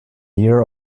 year